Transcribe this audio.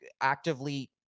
actively